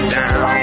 down